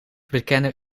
bekende